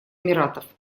эмиратов